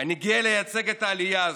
אני גאה לייצג את העלייה הזו: